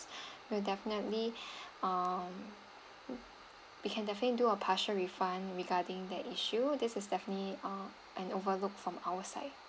we'll definitely um we can definitely do a partial refund regarding that issue this is definitely ah an overlooked from our side